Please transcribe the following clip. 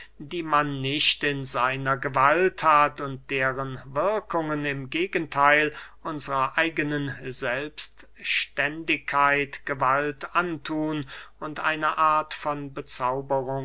die man nicht in seiner gewalt hat und deren wirkungen im gegentheil unsrer eigenen selbstständigkeit gewalt anthun und eine art von